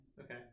Okay